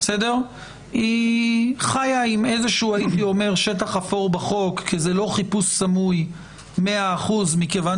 היא חיה עם איזשהו שטח אפור בחוק כי זה לא חיפוש סמוי מאה אחוז מכיוון